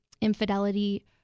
infidelity